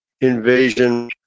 invasion